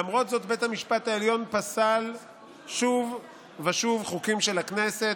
למרות זאת בית המשפט העליון פסל שוב ושוב חוקים של הכנסת,